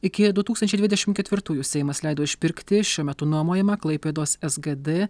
iki du tūkstančiai dvidešim ketvirtųjų seimas leido išpirkti šiuo metu nuomojamą klaipėdos sgd